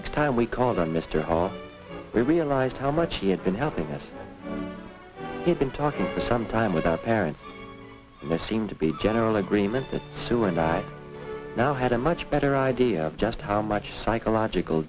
next time we called on mr o we realized how much he had been helping us has been talking for some time with our parents most seem to be general agreement that sue and i now had a much better idea of just how much psychological